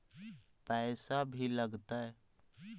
पैसा भी लगतय?